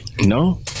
no